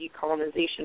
decolonization